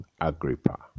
Agrippa